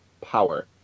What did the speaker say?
power